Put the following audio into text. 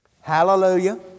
Hallelujah